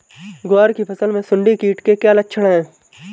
ग्वार की फसल में सुंडी कीट के क्या लक्षण है?